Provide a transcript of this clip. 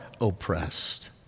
oppressed